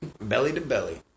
Belly-to-belly